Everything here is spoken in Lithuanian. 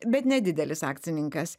bet nedidelis akcininkas